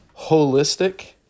holistic